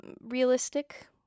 realistic